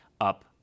up